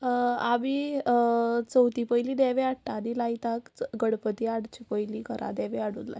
आमी चवथी पयलीं नेंवे हाडटा आनी लायतात गणपती हाडचें पयलीं घरा देवे हाडून लायतात